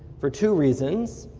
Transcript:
for two reasons.